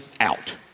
out